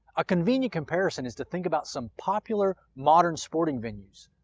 a convenient comparison is to think about some popular modern sporting venues.